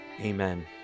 Amen